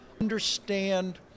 understand